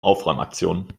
aufräumaktion